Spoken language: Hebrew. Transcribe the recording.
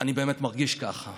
אני באמת מרגיש ככה.